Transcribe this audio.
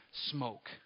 smoke